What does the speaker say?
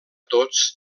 tots